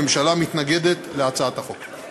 הממשלה מתנגדת להצעת החוק.